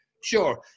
sure